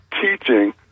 teaching